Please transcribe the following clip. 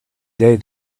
day